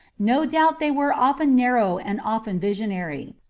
no doubt they were often narrow and often visionary.